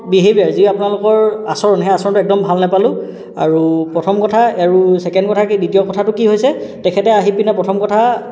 behaviour যি আপোনালোকৰ আচৰণ সেই আচৰণ একদম ভাল নেপালোঁ আৰু প্ৰথম কথা আৰু ছেকেণ্ড কথা কি দ্বিতীয় কথাটো কি হৈছে তেখেতে আহি পিনে প্ৰথম কথা